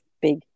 big